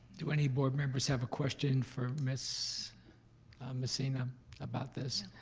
do any board members have a question for miss messina about this?